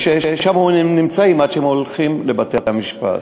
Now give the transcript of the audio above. ושם הם נמצאים עד שהם הולכים לבתי-המשפט,